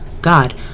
god